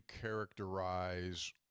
characterize